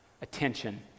attention